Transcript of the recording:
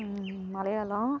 Malayalam